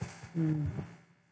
mm